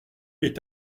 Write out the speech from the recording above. est